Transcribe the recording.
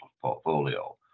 portfolio